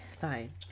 fine